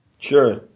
Sure